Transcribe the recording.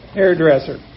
hairdresser